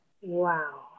wow